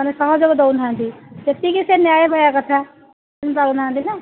ମାନେ ସହଯୋଗ ଦେଉନାହାନ୍ତି ସେତିକି ସେ ନ୍ୟାୟ ପାଇବା କଥା କିଣି ପାରୁନାହାନ୍ତି ନା